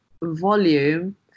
volume